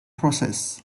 process